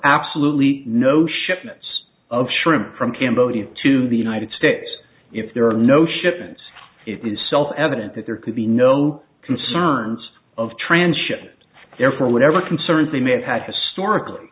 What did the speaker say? absolutely no shipments of shrimp from cambodia to the united states if there are no shipments it is self evident that there could be no concerns of transshipment therefore whatever concerns they may have had historically